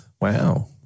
Wow